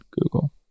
Google